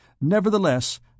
Nevertheless